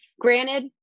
granted